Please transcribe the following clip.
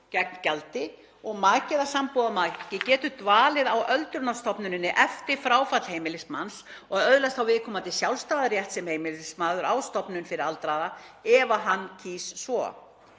gegn gjaldi. Maki eða sambúðarmaki getur dvalið á öldrunarstofnuninni eftir fráfall heimilismanns og öðlast þá viðkomandi sjálfstæðan rétt sem heimilismaður á stofnun fyrir aldraða ef hann kýs svo.“